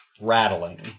rattling